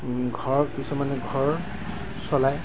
ঘৰ কিছুমানে ঘৰ চলায়